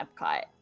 Epcot